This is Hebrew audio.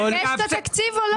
האם יש בתקציב או לא?